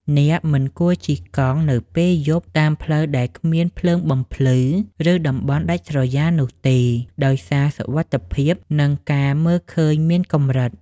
អ្នកមិនគួរជិះកង់នៅពេលយប់តាមផ្លូវដែលគ្មានភ្លើងបំភ្លឺ ឬតំបន់ដាច់ស្រយាលនោះទេ ដោយសារសុវត្ថិភាពនិងការមើលឃើញមានកម្រិត។